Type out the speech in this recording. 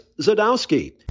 Zadowski